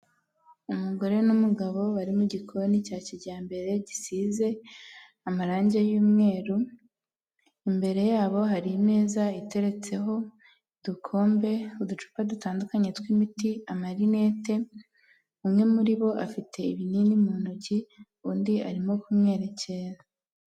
Umugore n'umugabo bari mu gikoni cya kijyambere gisize amarange y'umweru, imbere yabo hari imeza iteretseho udukombe, uducupa dutandukanye tw'imiti, amarinete, umwe muri bo afite ibinini mu ntoki, undi arimo kumwerekera.